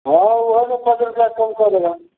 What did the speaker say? हँ ओहोमे पाँच रुपैआ कम कऽ देबनि